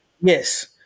Yes